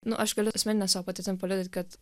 nu aš galiu asmenine savo patirtim paliudyt kad